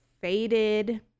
faded